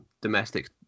domestic